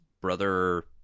Brother